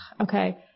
Okay